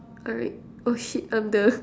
alright oh shit I'm the